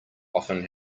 often